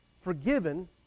forgiven